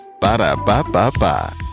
Ba-da-ba-ba-ba